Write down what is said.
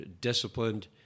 disciplined